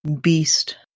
beast